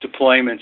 deployments